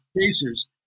cases